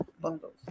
bundles